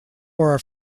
are